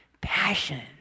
passion